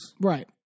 Right